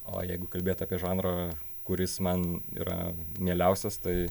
o jeigu kalbėt apie žanrą kuris man yra mieliausias tai